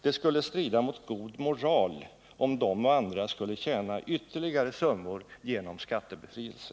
Det skulle strida mot god moral om de och andra skulle tjäna ytterligare summor genom skattebefrielse.